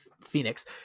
Phoenix